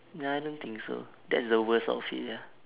nah I don't think so that's the worst outfit ya